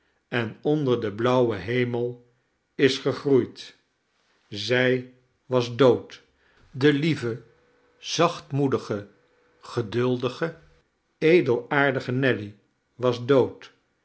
en onder den blauwen hemel is gegroeid zij was dood de lieve zachtmoedige geduldige edelaardige nelly was dood